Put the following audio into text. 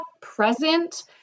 present